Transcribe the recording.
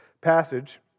passage